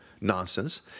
nonsense